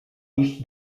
iść